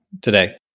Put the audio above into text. today